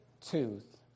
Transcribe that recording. tooth